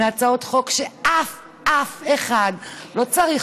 מהצעות חוק שאף אף אחד לא צריך,